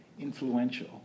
influential